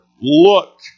look